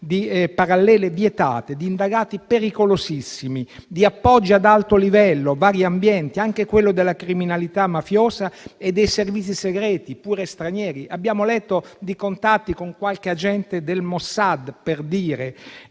dati parallele vietate, di indagati pericolosissimi e di appoggi ad alto livello e a vari ambienti, anche quello della criminalità mafiosa e dei servizi segreti, pure stranieri. Abbiamo letto di contatti con qualche agente del Mossad, per dire.